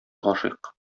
гашыйк